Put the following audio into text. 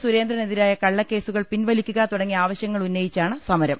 സുരേ ന്ദ്രനെതിരായ കള്ളക്കേസുകൾ പിൻവലിക്കുക തുടങ്ങിയ ആവ ശ്യങ്ങളുന്നയിച്ചാണ് സമരം